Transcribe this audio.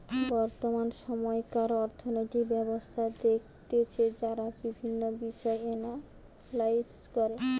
বর্তমান সময়কার অর্থনৈতিক ব্যবস্থা দেখতেছে যারা বিভিন্ন বিষয় এনালাইস করে